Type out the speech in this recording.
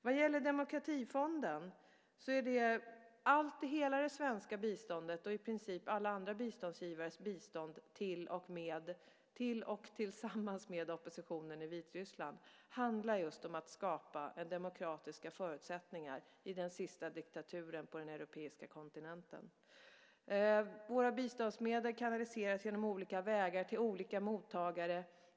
Vad gäller demokratifonden kan jag säga att hela det svenska biståndet och i princip alla andra biståndsgivares bistånd till och tillsammans med oppositionen i Vitryssland handlar just om att skapa demokratiska förutsättningar i den sista diktaturen på den europeiska kontinenten. Våra biståndsmedel kanaliseras på olika vägar till olika mottagare.